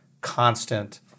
constant